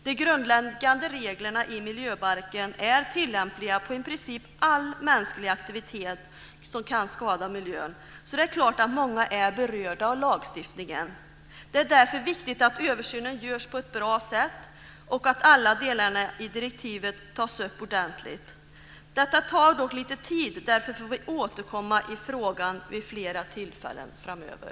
De grundläggande reglerna i miljöbalken är tilllämpliga på i princip all mänsklig aktivitet som kan skada miljön, så det är klart att det är många som berörs av lagstiftningen. Det är därför viktigt att översynen görs på ett bra sätt och att alla delar i direktivet tas upp ordentligt. Detta tar dock lite tid. Därför får vi återkomma i frågan vid flera tillfällen framöver.